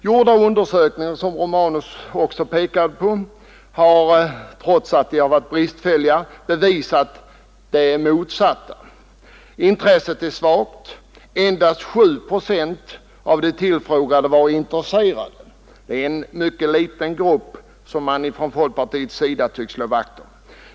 Gjorda undersökningar, som herr Romanus också hänvisar till, har, trots att de varit bristfälliga, bevisat motsatsen. Intresset är svagt — endast 7 procent av de tillfrågade var intresserade. Det är en mycket liten grupp som man från folkpartiets sida tycks slå vakt om.